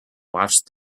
watched